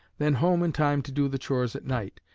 then home in time to do the chores at night,